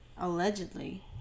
Allegedly